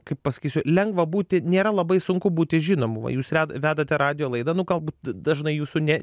kaip pasakysiu lengva būti nėra labai sunku būti žinomu va jūs vedate radijo laidą nu galbūt dažnai jūsų ne